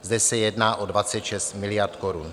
Zde se jedná o 26 miliard korun.